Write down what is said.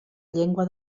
llengua